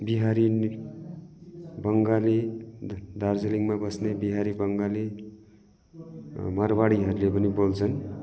बिहारी बङ्गाली दार्जिलिङमा बस्ने बिहारी बङ्गाली मारवाडीहरूले पनि बोल्छन्